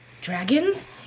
Dragons